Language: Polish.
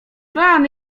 pan